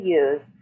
use